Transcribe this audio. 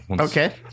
Okay